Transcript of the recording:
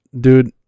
dude